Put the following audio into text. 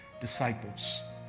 disciples